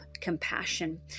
compassion